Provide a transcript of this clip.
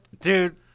dude